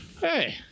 hey